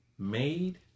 Made